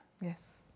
Yes